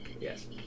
Yes